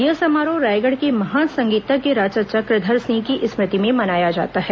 यह समारोह रायगढ़ के महान संगीतज्ञ राजा चक्रधर सिंह की स्मृति में मनाया जाता है